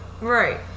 Right